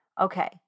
okay